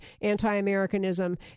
anti-Americanism